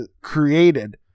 created